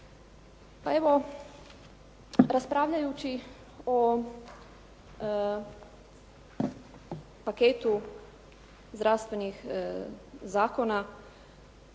Pa evo raspravljajući o paketu zdravstvenih zakona